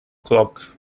clock